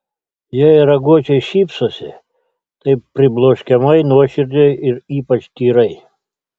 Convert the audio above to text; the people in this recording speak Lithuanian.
jei raguočiai šypsosi tai pribloškiamai nuoširdžiai ir ypač tyrai